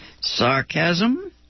Sarcasm